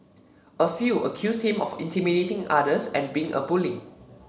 a few accused him of intimidating others and being a bully